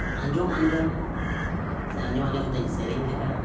ᱟᱸᱡᱚᱢ ᱟᱸᱡᱚᱢ ᱟᱧ ᱥᱮ ᱟᱸᱡᱚᱢ ᱟᱸᱡᱚᱢ ᱛᱮᱧ ᱥᱮᱨᱮᱧ ᱞᱮᱜᱟᱭᱟ